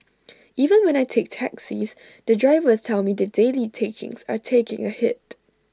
even when I take taxis the drivers tell me the daily takings are taking A hit